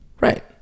right